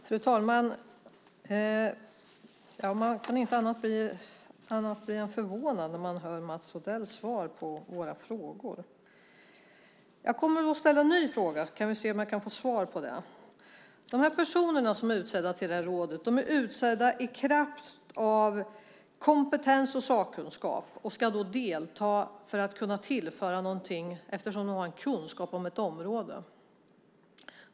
Fru talman! Man kan inte annat än bli förvånad när man hör Mats Odells svar på våra frågor. Jag kommer nu att ställa en ny fråga så får vi se om jag kan få ett svar på den. De personer som är utsedda att sitta i rådet är utsedda i kraft av sin kompetens och sakkunskap och ska delta för att kunna tillföra någonting just eftersom de har kunskap om ett visst område.